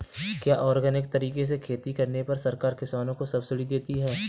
क्या ऑर्गेनिक तरीके से खेती करने पर सरकार किसानों को सब्सिडी देती है?